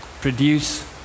Produce